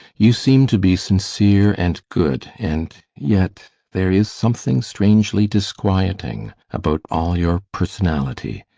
you seem to be sincere and good, and yet there is something strangely disquieting about all your personality.